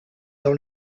dans